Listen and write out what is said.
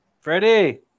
Freddie